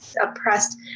oppressed